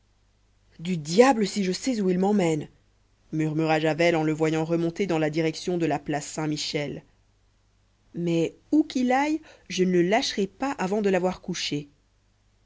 du diable si je sais où il m'emmène murmura javel en le voyant remonter dans la direction de la place saint-michel mais où qu'il aille je ne le lâcherai pas avant de l'avoir couché